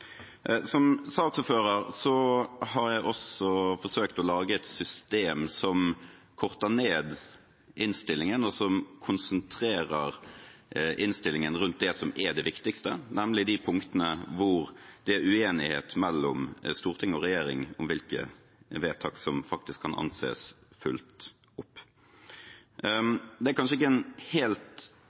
Som saksordfører har jeg også forsøkt å lage et system som korter ned innstillingen, og som konsentrerer innstillingen rundt det som er det viktigste, nemlig de punktene hvor det er uenighet mellom storting og regjering om hvilke vedtak som faktisk kan anses fulgt opp. Det er kanskje ikke en helt